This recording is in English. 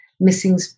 missing